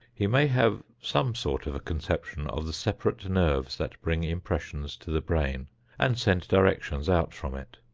he may have some sort of a conception of the separate nerves that bring impressions to the brain and send directions out from it,